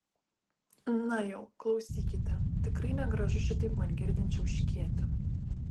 na jau klausykite tikrai negražu šitaip man girdint čiauškėti